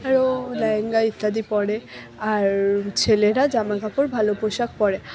আরও লেহেঙ্গা ইত্যাদি পরে আর ছেলেরা জামাকাপড় ভালো পোশাক পরে